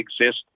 exist